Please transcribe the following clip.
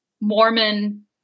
Mormon